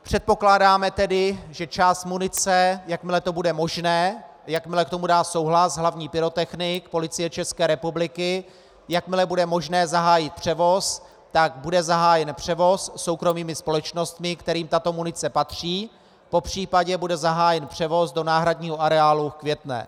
Předpokládáme tedy, že část munice, jakmile to bude možné, jakmile k tomu dá souhlas hlavní pyrotechnik Policie České republiky, jakmile bude možné zahájit převoz, tak bude zahájen převoz soukromými společnostmi, kterým tato munice patří, popřípadě bude zahájen převoz do náhradního areálu v Květné.